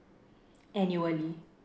annually